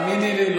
האמיני לי,